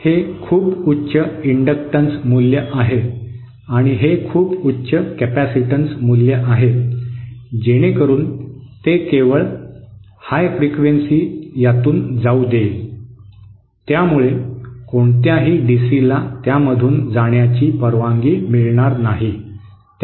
हे खूप उच्च इंडक्टन्स मूल्य आहे आणि हे खूप उच्च कॅपेसिटन्स मूल्य आहे जेणेकरून ते केवळ उच्च वारंवारता यातून जाऊ देईल यामुळे कोणत्याही डीसीला त्यामधून जाण्याची परवानगी मिळणार नाही